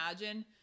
imagine